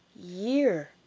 year